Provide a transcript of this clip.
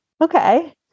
okay